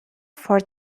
for